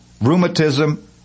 rheumatism